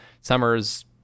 summer's